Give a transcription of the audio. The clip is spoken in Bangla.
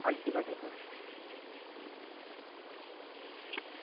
আচ্ছা ঠিক আছে স্যার